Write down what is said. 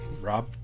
Rob